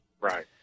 Right